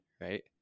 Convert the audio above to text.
right